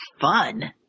fun